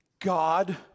God